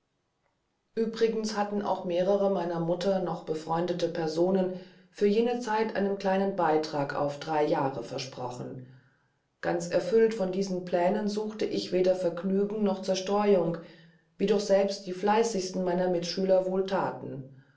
uebrigens hatten auch mehrere meiner mutter noch befreundete personen für jene zeit einen kleinen beitrag auf drei jahre versprochen ganz erfüllt von diesen plänen suchte ich weder vergnügen noch zerstreuung wie doch selbst die fleißigsten meiner mitschüler